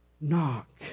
Knock